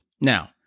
Now